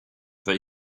that